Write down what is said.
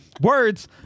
Words